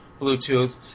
Bluetooth